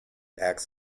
acts